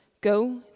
Go